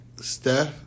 Steph